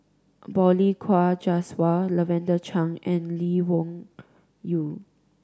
Balli Kaur Jaswal Lavender Chang and Lee Wung Yew